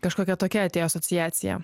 kažkokia tokia atėjo asociacija